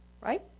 right